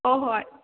ꯍꯣꯏ ꯍꯣꯏ